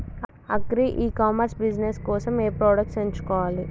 Agri e commerce business కోసము ఏ products ఎంచుకోవాలి?